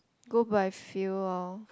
go by feel loh